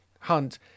Hunt